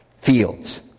fields